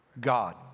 God